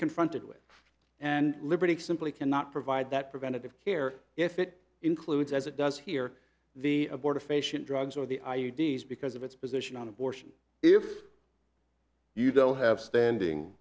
confronted with and liberty simply cannot provide that preventative care if it includes as it does here the abortifacient drugs or the i u d s because of its position on abortion if you don't have standing